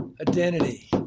identity